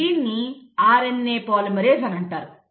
దీన్ని RNA polymerase అని అంటారు